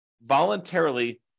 voluntarily